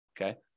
okay